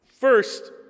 First